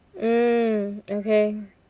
mm okay